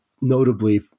notably